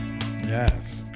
Yes